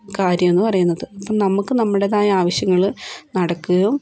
കാര്യം എന്നു പറയുന്നത് അപ്പോൾ നമ്മൾക്ക് നമ്മുടേതായ ആവശ്യങ്ങൾ നടക്കുകയും